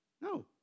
No